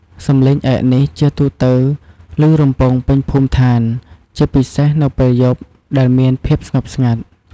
សំឡេងឯកនេះជាទូទៅលឺរំពងពេញភូមិឋាន ជាពិសេសនៅពេលយប់ដែលមានភាពស្ងប់ស្ងាត់។